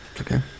Okay